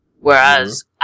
Whereas